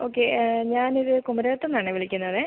okay ഞാനൊരു കുമരകത്തുനിന്നാണേ വിളിക്കുന്നതേ